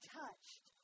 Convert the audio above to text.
touched